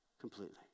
completely